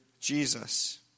Jesus